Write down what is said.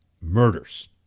murders